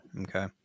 okay